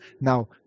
Now